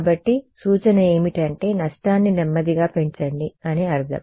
కాబట్టి సూచన ఏమిటి అంటే నష్టాన్ని నెమ్మదిగా పెంచండి అని అర్థం